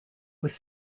was